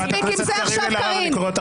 מספיק עם זה עכשיו, קארין.